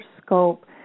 scope